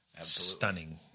stunning